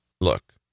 Look